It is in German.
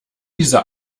diese